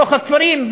בתוך הכפרים,